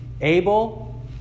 Abel